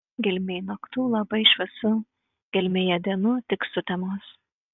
gelmėj naktų labai šviesu gelmėje dienų tik sutemos